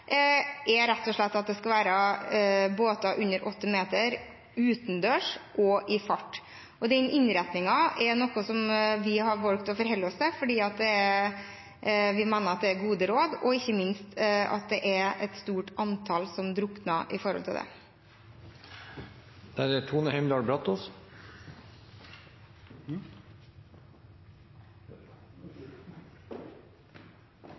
er rett og slett at påbudet skal gjelde for båter under åtte meter, utendørs og i fart. Den innretningen er noe vi har valgt å forholde oss til, fordi vi mener at det er gode råd, og ikke minst at det er et stort antall som drukner grunnet det. I Fremskrittspartiet er vi selvfølgelig opptatt av sikkerhet til